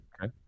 Okay